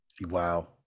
Wow